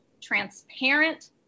transparent